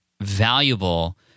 valuable